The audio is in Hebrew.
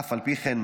ואף על פי כן,